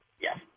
Yes